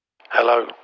Hello